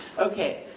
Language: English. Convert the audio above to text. okay,